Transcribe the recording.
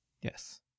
Yes